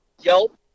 yelp